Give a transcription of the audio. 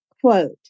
Quote